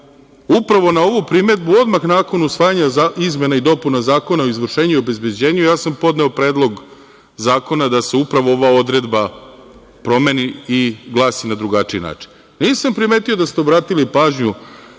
upravo na ovu primedbu odmah nakon usvajanja izmena i dopuna Zakona o izvršenju i obezbeđenju, ja sam podneo Predlog zakona da se upravo ova odredba promeni i glasi na drugačiji način. Nisam primetio da ste obratili pažnju